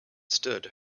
stood